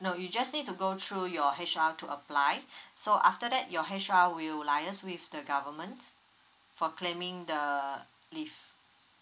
no you just need to go through your H_R to apply so after that your H_R will liaise with the government for claiming the leave